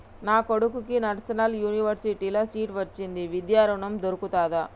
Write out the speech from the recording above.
నా కొడుకుకి నల్సార్ యూనివర్సిటీ ల సీట్ వచ్చింది విద్య ఋణం దొర్కుతదా?